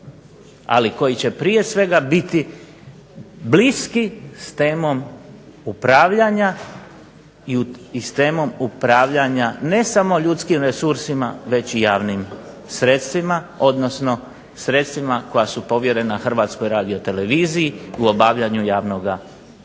ali koji će prije svega biti bliski s temom upravljanja i s temom upravljanja ne samo ljudskim resursima već i javnim sredstvima, odnosno sredstvima koja su povjerena Hrvatskoj radioteleviziji u obavljanju javnoga